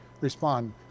respond